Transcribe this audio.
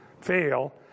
fail